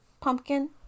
pumpkin